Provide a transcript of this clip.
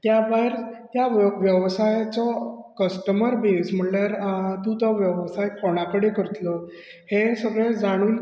त्या भायर त्या वेव वेवसायाचो कस्टमर बेज म्हणल्यार तूं तो वेवसाय कोणा कडेन करतलो हे सगळे जाणून